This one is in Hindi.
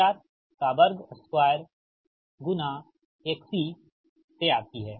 2 XC सी आती है